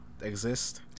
exist